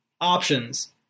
options